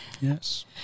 Yes